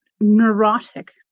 neurotic